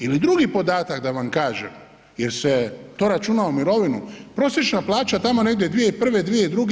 Ili drugi podatak da vam kažem jer se to računa u mirovinu, prosječna plaća tamo negdje 2001., 2002.